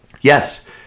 Yes